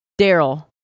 daryl